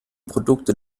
produkte